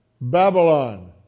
Babylon